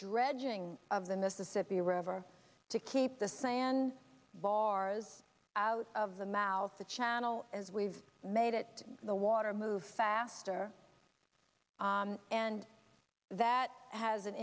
dredging of the mississippi river to keep the sand bars out of the mouth the channel as we've made it the water move faster and that has an